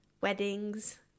weddings